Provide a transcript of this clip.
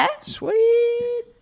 Sweet